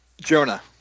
Jonah